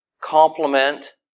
complement